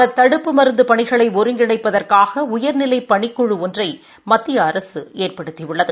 பணிகளை தடுப்பு மருந்து ஒருங்கிணைப்பதற்காக உயர்நிலை பணிக்குழு ஒன்றை மத்திய அரசு ஏற்படுத்தியுள்ளது